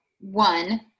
One